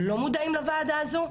לא מודעים לוועדה הזו,